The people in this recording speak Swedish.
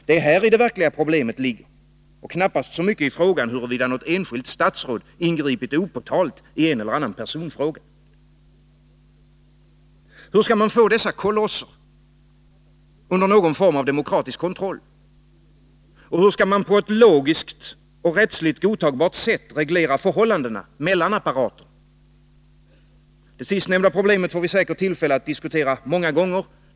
Det är häri det verkliga problemet ligger, och knappast så mycket i frågan huruvida något enskilt statsråd har ingripit opåtaget i en eller annan personfråga. Hur skall man få dessa kolosser under någon form av demokratisk kontroll? Och hur skall man på ett logiskt och rättsligt godtagbart sätt reglera förhållandena mellan apparaterna? Det sistnämnda problemet får vi tillfälle att diskutera många gånger.